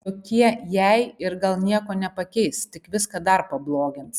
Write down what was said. jokie jei ir gal nieko nepakeis tik viską dar pablogins